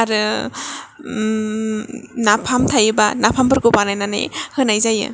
आरो नाफाम थायोबा नाफामफोरखौ बानायनानै होनाय जायो